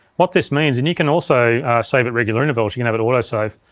what this means, and you can also save at regular intervals, you can have it autosave.